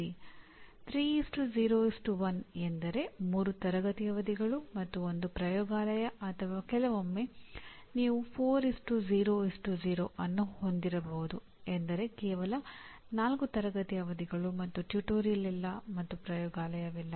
3 0 1 ಎಂದರೆ 3 ತರಗತಿ ಅವಧಿಗಳು ಮತ್ತು 1 ಪ್ರಯೋಗಾಲಯ ಅಥವಾ ಕೆಲವೊಮ್ಮೆ ನೀವು 4 0 0 ಅನ್ನು ಹೊಂದಿರಬಹುದು ಎಂದರೆ ಕೇವಲ 4 ತರಗತಿ ಅವಧಿಗಳು ಮತ್ತು ಟ್ಯುಟೋರಿಯಲ್ ಇಲ್ಲ ಮತ್ತು ಪ್ರಯೋಗಾಲಯವಿಲ್ಲ